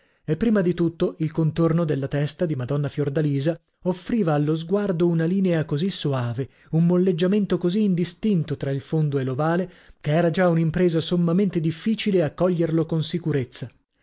e prima di tutto il contorno della testa di madonna fiordalisa offriva allo sguardo una linea così soave un molleggiamento così indistinto tra il fondo e l'ovale che era già un'impresa sommamente difficile a coglierlo con sicurezza